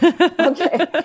Okay